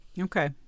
Okay